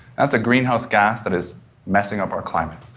that's a greenhouse gas that is messing up our climate.